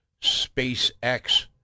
SpaceX